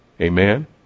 Amen